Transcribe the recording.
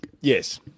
Yes